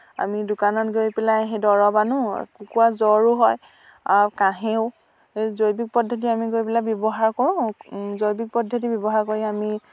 আমি দোকানত গৈ পেলাই সেই দৰৱ আনো কুকুৰাৰ জ্বৰো হয় কাহেও জৈৱিক পদ্ধতি আমি গৈ পেলাই ব্যৱহাৰ কৰোঁ জৈৱিক পদ্ধতি ব্যৱহাৰ কৰি আমি